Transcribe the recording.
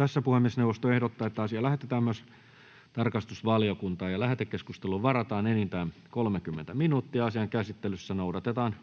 asia. Puhemiesneuvosto ehdottaa, että asia lähetetään valtiovarainvaliokuntaan. Tässäkin lähetekeskusteluun varataan ensi alkuun se 30 minuuttia, ja asian käsittelyssä noudatetaan